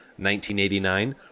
1989